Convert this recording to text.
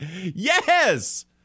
Yes